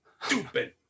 stupid